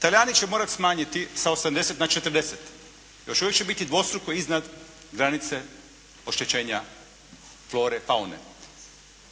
Talijani će morati smanjiti sa 80 na 40. Još uvijek će biti dvostruko iznad granice oštećenja flore i faune.